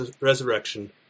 resurrection